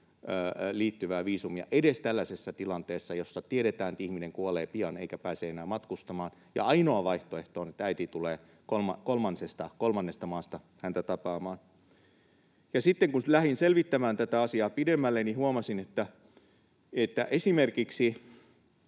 liittyvää viisumia edes tällaisessa tilanteessa, jossa tiedetään, että ihminen kuolee pian eikä pääse enää matkustamaan, ja ainoa vaihtoehto on, että äiti tulee kolmannesta maasta häntä tapaamaan. Ja sitten kun lähdin selvittämään tätä asiaa pidemmälle, niin huomasin, että esimerkiksi